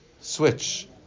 switch